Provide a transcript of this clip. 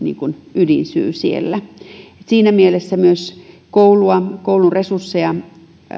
ydinsyy siellä siinä mielessä myös koulua koulun resursseja